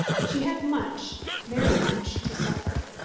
she had much, very much, to suffer.